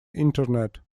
internet